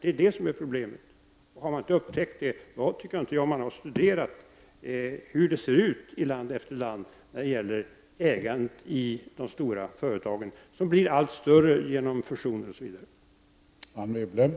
Det är det som är problemet, och om man inte har upptäckt det, då har man inte studerat förhållandena i land efter land i fråga om ägandet i de stora företagen. Dessa blir genom fusioner osv. allt större.